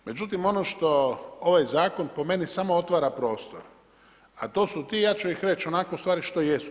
Međutim, ono što ovaj Zakon po meni, samo otvara prostor, a to su ti, ja ću ih reći onako u stvari kao što jesu.